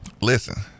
Listen